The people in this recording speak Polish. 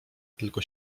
tylko